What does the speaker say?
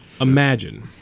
Imagine